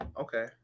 Okay